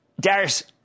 Darius